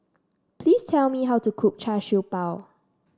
please tell me how to cook Char Siew Bao